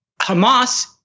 Hamas